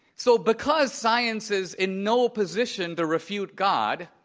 so because science is in no position to refute god,